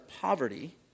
poverty